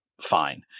fine